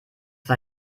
war